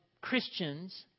Christians